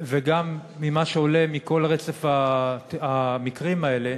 וגם ממה שעולה מכל רצף המקרים האלה,